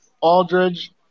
Aldridge